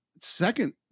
second